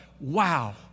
wow